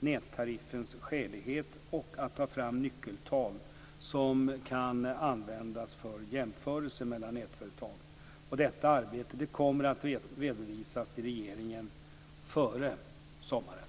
nättariffens skälighet och att ta fram nyckeltal som kan användas för jämförelser mellan nätföretag. Detta arbete kommer att redovisas till regeringen före sommaren.